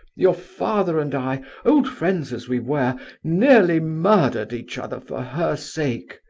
your father and i old friends as we were nearly murdered each other for her sake.